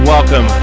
Welcome